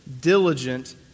diligent